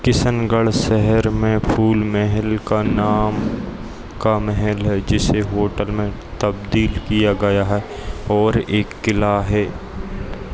किशनगढ़ सहर में फूल महल का नाम का महल है जिसे होटल में तब्दील किया गया है और एक किला है